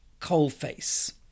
coalface